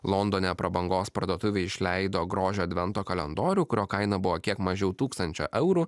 londone prabangos parduotuvė išleido grožio advento kalendorių kurio kaina buvo kiek mažiau tūkstančio eurų